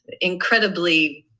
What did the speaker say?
incredibly